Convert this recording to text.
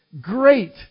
great